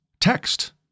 text